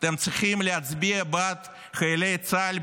אתם צריכים להצביע בעד חיילי צה"ל,